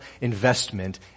investment